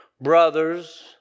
Brothers